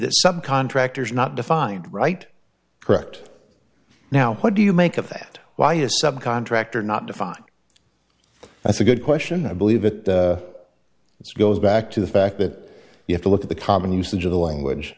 the subcontractor's not defined right correct now what do you make of that why a subcontractor not define that's a good question i believe it is goes back to the fact that you have to look at the common usage of the language